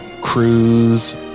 cruise